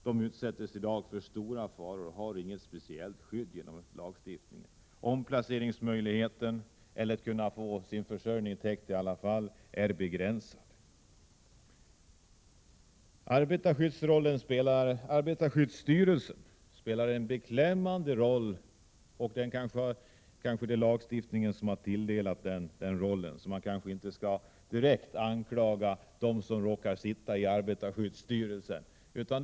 De som i dag utsätts för stora faror har inget speciellt skydd genom lagstiftningen. De bör få möjlighet till omplacering eller kunna få sin försörjning på annat sätt. I dag är möjligheterna begränsade. Arbetarskyddsstyrelsen spelar en beklämmande roll. Det kanske är lagstiftningen som har tilldelat styrelsen den rollen, och därför skall jag inte anklaga dem som råkar sitta i arbetarskyddsstyrelsen.